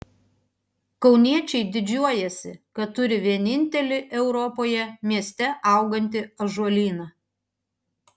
kauniečiai didžiuojasi kad turi vienintelį europoje mieste augantį ąžuolyną